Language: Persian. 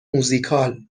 موزیکال